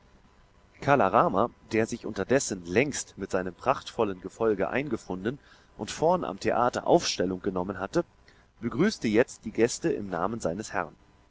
kala rama der sich unterdessen längst mit seinem prachtvollen gefolge eingefunden und vorn am theater aufstellung genommen hatte begrüßte jetzt die gäste im namen seines herrn